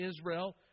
Israel